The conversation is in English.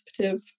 participative